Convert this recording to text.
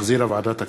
שהחזירה ועדת הכספים.